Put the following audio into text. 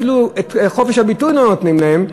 אפילו את חופש הביטוי לא נותנים להם.